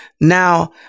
Now